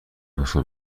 نسخه